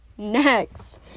Next